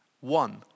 One